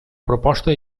proposta